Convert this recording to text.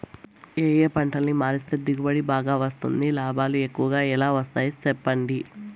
ఏ ఏ పంటలని మారిస్తే దిగుబడి బాగా వస్తుంది, లాభాలు ఎక్కువగా ఎలా వస్తాయి సెప్పండి